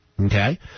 Okay